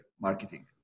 marketing